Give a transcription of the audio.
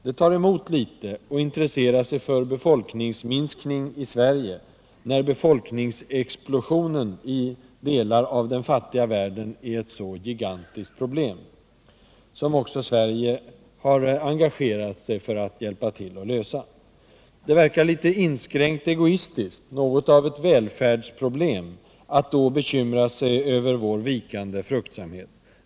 Det tar emot litet att intressera sig för befolkningsminskning i Sverige när befolkningsexplosionen i delar av den fattiga världen är ett så gigantiskt problem, som också Sverige har engagerat sig för att hjälpa till att lösa. Det verkar litet inskränkt egoistiskt, något av ett välfärdsproblem, att då bekymra sig över vår vikande fruktsamhet.